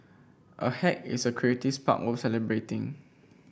a hack is a spark worth celebrating